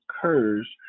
occurs